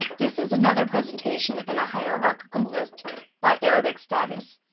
this is another presentation and a hierarchical list by arabic status.